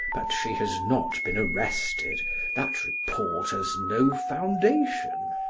but she has not been arrested that report has no foundation.